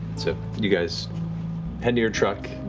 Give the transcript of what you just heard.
so you guys head to your truck.